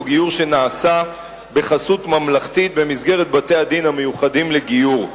גיור שנעשה בחסות ממלכתית במסגרת בתי-הדין המיוחדים לגיור.